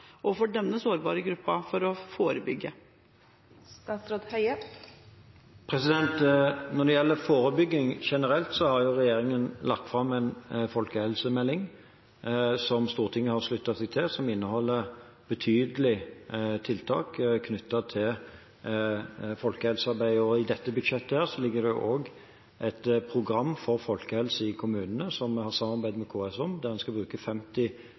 forebygge? Når det gjelder forebygging generelt, har regjeringen lagt fram en folkehelsemelding som Stortinget har sluttet seg til. Den inneholder betydelige tiltak knyttet til folkehelsearbeid. Og i dette budsjettet ligger det også et program for folkehelse i kommunene, som vi har samarbeidet med KS om, der vi skal bruke om lag 50